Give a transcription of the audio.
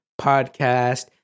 Podcast